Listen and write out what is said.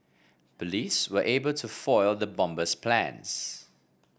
police were able to foil the bomber's plans